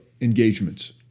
engagements